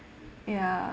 ya